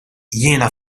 jiena